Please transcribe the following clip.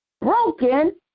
broken